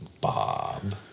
Bob